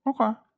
okay